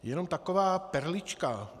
Jenom taková perlička.